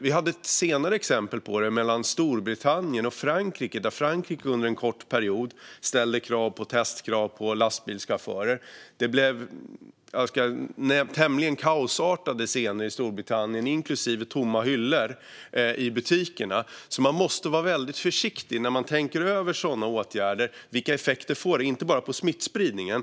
Vi hade ett senare exempel på detta mellan Storbritannien och Frankrike, där Frankrike under en kort period ställde krav på tester för lastbilschaufförer. Det blev tämligen kaosartade scener i Storbritannien, inklusive tomma hyllor i butikerna. Man måste därför vara väldigt försiktig när man tänker över sådana åtgärder och vilka effekter de får, inte bara på smittspridningen.